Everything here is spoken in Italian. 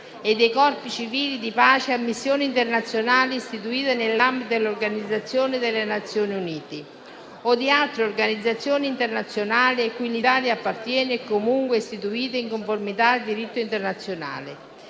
e dei Corpi civili di pace a missioni internazionali istituite nell'ambito dell'Organizzazione delle Nazioni Unite o di altre organizzazioni internazionali cui l'Italia appartiene, comunque istituite in conformità al diritto internazionale.